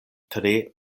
tre